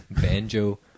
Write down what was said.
Banjo